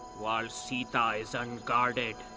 while sita is unguarded,